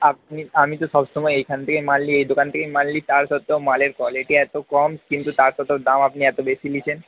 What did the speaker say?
আপনি আমি তো সবসময় এখান দিয়ে মাল নিই এই দোকান থেকেই মাল নিই তা সত্ত্বেও মালের কোয়ালিটি এত কম কিন্তু তা সত্ত্বেও দাম আপনি এত বেশি নিয়েছেন